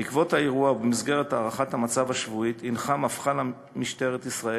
בעקבות האירוע ובמסגרת הערכת המצב השבועית הנחה מפכ"ל משטרת ישראל